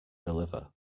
deliver